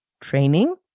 training